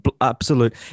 absolute